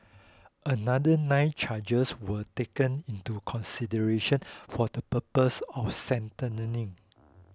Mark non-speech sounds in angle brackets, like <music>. <noise> another nine charges were taken into consideration for the purpose of <unintelligible>